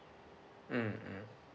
mm mm